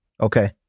Okay